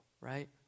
right